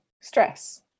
stress